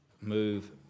move